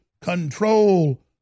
control